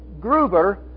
Gruber